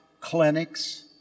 clinics